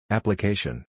Application